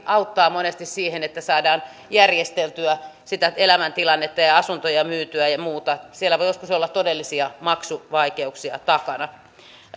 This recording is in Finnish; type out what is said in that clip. auttaa monesti siihen että saadaan järjesteltyä elämäntilannetta ja ja asuntoja myytyä ja muuta siellä voi joskus olla todellisia maksuvaikeuksia takana